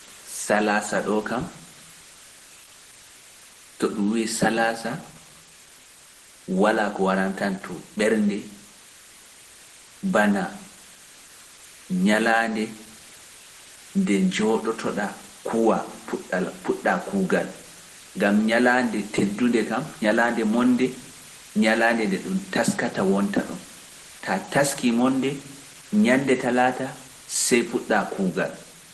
Salaasa ɗo kam, to ɗum wii salaasa walaa ko waraani tan to ɓernde banaa ñalaɗum taa taski monnde ñande talata sey puɗɗa kuugal.